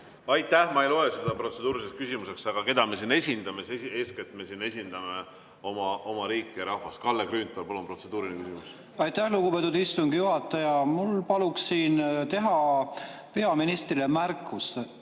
Aitäh! Ma ei loe seda protseduuriliseks küsimuseks. Aga keda me siin esindame? Eeskätt me esindame siin oma riiki ja rahvast. Kalle Grünthal, palun protseduuriline küsimus! Aitäh, lugupeetud istungi juhataja! Ma palun teha peaministrile märkuse.